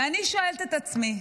ואני שואלת את עצמי: